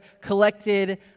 collected